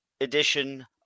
edition